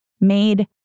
made